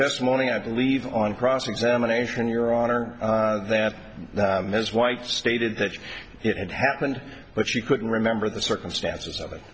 testimony i believe on cross examination your honor that miss white stated that it happened but she couldn't remember the circumstances of it